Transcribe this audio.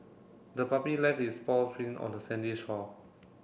the puppy left its paw print on the sandy shore